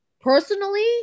personally